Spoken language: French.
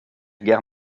guerre